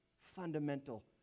fundamental